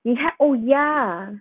ya oh ya